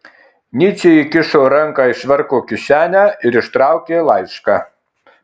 nyčė įkišo ranką į švarko kišenę ir ištraukė laišką